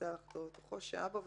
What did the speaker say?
ניסה לחדור לתוכו, שהה בו".